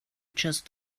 just